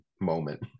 moment